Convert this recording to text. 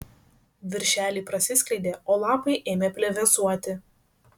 viršeliai prasiskleidė o lapai ėmė plevėsuoti